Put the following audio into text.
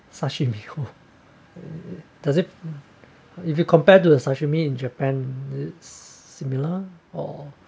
sashimi does it if you compared to a sashimi in japan is it similar or